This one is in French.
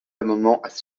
amendements